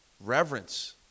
reverence